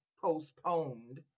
postponed